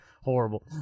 horrible